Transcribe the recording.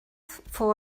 fou